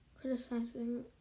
Criticizing